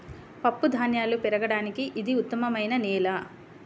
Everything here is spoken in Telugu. పప్పుధాన్యాలు పెరగడానికి ఇది ఉత్తమమైన నేల